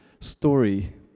story